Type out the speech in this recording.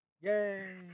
Yay